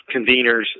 conveners